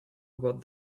about